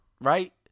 Right